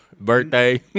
Birthday